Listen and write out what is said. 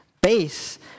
base